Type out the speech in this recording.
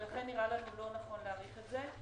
ולכן נראה לנו לא נכון להאריך את זה.